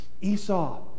Esau